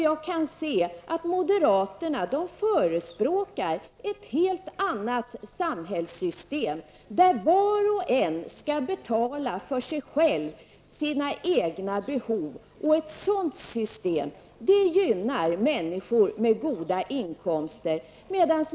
Jag kan se att moderaterna förespråkar ett helt annat samhällssystem, där var och en skall betala för sig själv och sina egna behov. Ett sådant system gynnar människor med goda inkomster.